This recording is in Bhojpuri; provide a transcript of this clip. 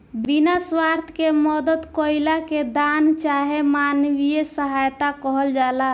बिना स्वार्थ के मदद कईला के दान चाहे मानवीय सहायता कहल जाला